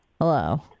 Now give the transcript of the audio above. Hello